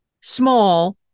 small